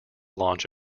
launch